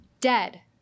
dead